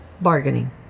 bargaining